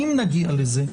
אם נגיע לזה,